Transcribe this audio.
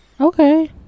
okay